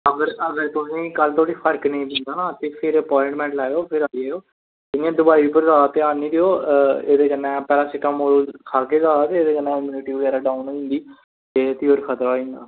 अगर तुसेंगी कल्ल तगर फर्क निं पेआ ना ते फिर कल्ल आवेओ ते कल्ल दी अप्वाईनमेंट लैयो इंया होर दोआई उप्पर ध्यान निं देओ इयै पैरासिटामोल खाह्गे ते एह्दे कन्नै इम्यूनिटी डॉऊन होई जंदी ते एह् खतरा होई जंदा